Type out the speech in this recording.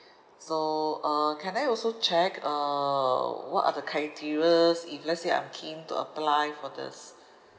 so uh can I also check uh what are the criterias if let's say I'm keen to apply for this